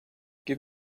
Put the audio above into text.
give